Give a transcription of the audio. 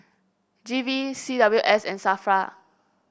G V C W S and Safra